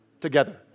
together